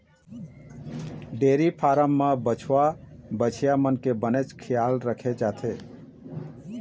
dairy farm म बछवा, बछिया मन के बनेच खियाल राखे जाथे